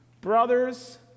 Brothers